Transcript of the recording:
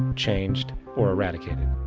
changed, or irradicated.